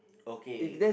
okay